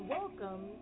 welcome